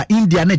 India